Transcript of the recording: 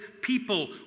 people